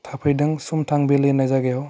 थाफैदों सुंथांभेलि होनाय जायगायाव